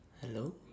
hello